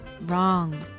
wrong